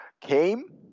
Came